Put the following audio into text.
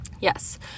yes